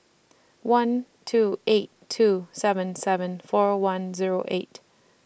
one two eight two seven seven four one Zero eight